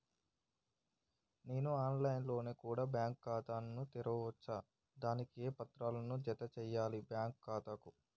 నేను online లో కూడా బ్యాంకు ఖాతా ను తెరవ వచ్చా? దానికి ఏ పత్రాలను జత చేయాలి బ్యాంకు ఖాతాకు?